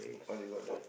what you got there